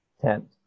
tent